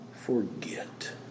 forget